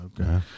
Okay